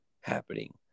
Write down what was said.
happening